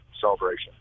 celebration